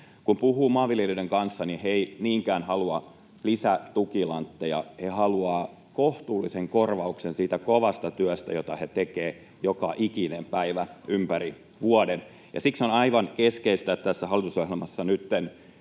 Kun puhuu maanviljelijöiden kanssa, niin he eivät niinkään halua lisää tukilantteja, he haluavat kohtuullisen korvauksen siitä kovasta työstä, jota he tekevät joka ikinen päivä ympäri vuoden. Siksi on aivan keskeistä, että tässä hallitusohjelmassa nyt